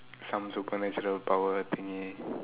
some supernatural power thingy